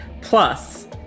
plus